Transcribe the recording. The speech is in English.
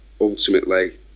ultimately